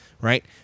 right